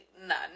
None